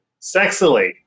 Sexily